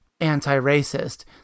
anti-racist